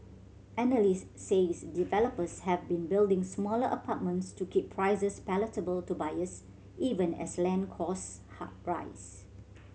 analysts says developers have been building smaller apartments to keep prices palatable to buyers even as land costs rise